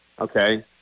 okay